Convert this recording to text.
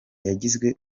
yagizwe